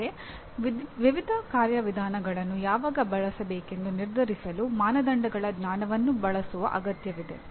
ಆದರೆ ವಿವಿಧ ಕಾರ್ಯವಿಧಾನಗಳನ್ನು ಯಾವಾಗ ಬಳಸಬೇಕೆಂದು ನಿರ್ಧರಿಸಲು ಮಾನದಂಡಗಳ ಜ್ಞಾನವನ್ನೂ ಬಳಸುವ ಅಗತ್ಯವಿದೆ